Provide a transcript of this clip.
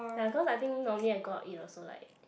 ya because I think normally I go out eat also like